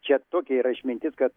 čia tokia yra išmintis kad